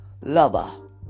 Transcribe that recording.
lover